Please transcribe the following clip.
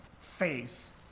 faith